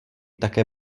také